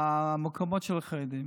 המקומות של החרדים?